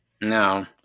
No